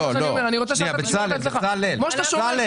אני רוצה שהיא תישמר אצלך במשך שבע שנים,